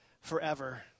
forever